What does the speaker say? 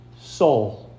soul